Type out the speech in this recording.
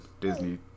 Disney